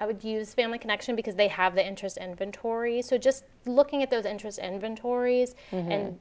i would use family connection because they have the interest and been tories so just looking at those interests and been tories and